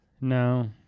No